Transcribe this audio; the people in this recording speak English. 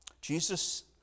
Jesus